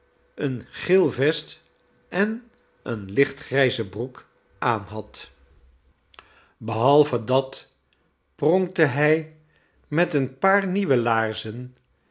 een geel vest en eene lichtgrijze broek aanhad behalve dat pronkte hij met een paar nieuwe laarzen